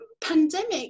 pandemic